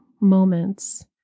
moments